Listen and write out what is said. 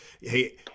hey